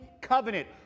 covenant